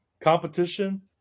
competition